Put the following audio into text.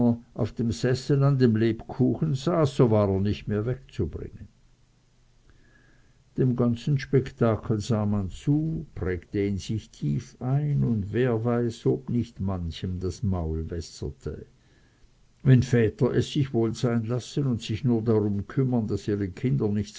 auf dem sessel an dem lebkuchen saß so war er nicht wegzubringen dem ganzen spektakel sah man zu prägte ihn sich tief ein und wer weiß ob nicht manchem das maul wässerte wenn väter es sich wohl sein lassen und sich nur darum kümmern daß ihre kinder nichts